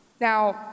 Now